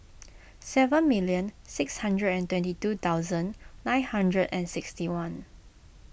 seven million six hundred and twenty thousand two nine hundred and sixty one